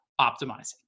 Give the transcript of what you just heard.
optimizing